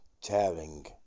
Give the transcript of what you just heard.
tearing